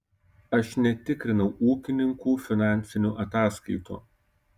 aš netikrinau ūkininkų finansinių ataskaitų